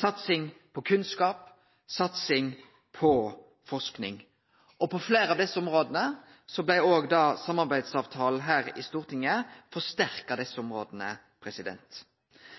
satsing på kunnskap og satsing på forsking. Samarbeidsavtalen her i Stortinget forsterka òg fleire av desse områda. For Kristeleg Folkeparti er det viktig å gi statsbudsjettet ein god sosial profil både nasjonalt og